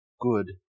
good